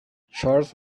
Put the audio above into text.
charles